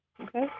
Okay